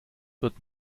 wird